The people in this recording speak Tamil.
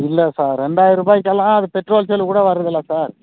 இல்லை சார் ரெண்டாயரூபாய்க்கலாம் பெட்ரோல் செலவுக்கு கூட வரதில்லை சார்